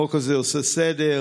החוק הזה עושה סדר,